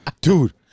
Dude